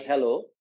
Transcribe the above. Hello